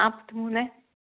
നാൽപ്പത്തിമൂന്ന്